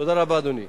תודה רבה, אדוני.